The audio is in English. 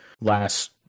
last